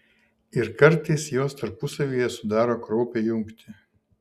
ir kartais jos tarpusavyje sudaro kraupią jungtį